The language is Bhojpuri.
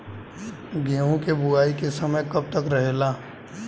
गेहूँ के बुवाई के समय कब तक रहेला?